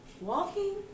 Walking